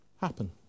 happen